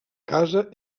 casa